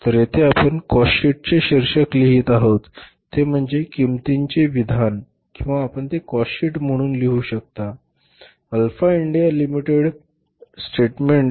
तर येथे आपण कॉस्टशीटचे शीर्षक लिहित आहोत ते म्हणजे किंमतीचे विधान आहे किंवा आपण ते कॉस्टशीट म्हणून लिहू शकता अल्फा इंडिया लिमिटेडचे कॉस्टशीट स्टेटमेंट